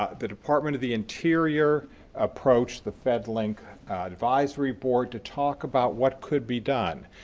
ah the department of the interior approached the fedlink advisory board to talk about what could be done.